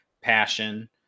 passion